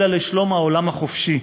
אלא לשלום העולם החופשי.